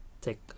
take